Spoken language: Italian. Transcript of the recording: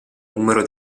numero